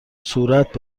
صورت